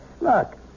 Look